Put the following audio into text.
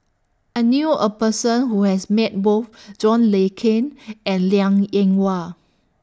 I knew A Person Who has Met Both John Le Cain and Liang Eng Hwa